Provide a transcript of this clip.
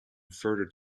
further